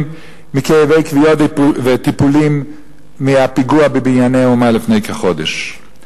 מכאבי כוויות וטיפולים מהפיגוע ב"בנייני האומה" לפני כחודש.